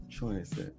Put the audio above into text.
Choice